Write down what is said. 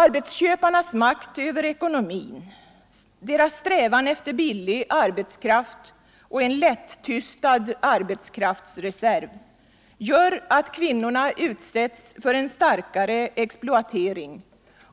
Arbetsköparnas makt över ekonomin, deras strävan efter billig arbets kraft och en lättystad arbetskraftsreserv gör att kvinnorna utsätts för Nr 130 en starkare exploatering